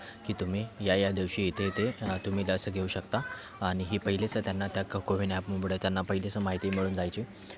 की तुम्ही या या दिवशी इथे इथे तुम्ही लस घेऊ शकता आणि ही पहिलीच त्यांना त्या कोविन ॲपमुळं त्यांना पहिलीच माहिती मिळून जायची